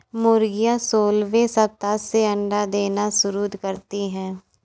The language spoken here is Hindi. मुर्गियां सोलहवें सप्ताह से अंडे देना शुरू करती है